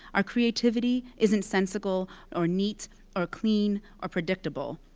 our creativity isn't sensical or neat or clean or predictable.